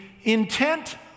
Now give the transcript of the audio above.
intent